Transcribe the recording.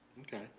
Okay